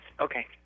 Okay